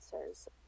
answers